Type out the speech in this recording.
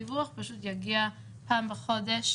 יש הסדרים די דומים,